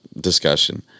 discussion